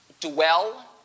dwell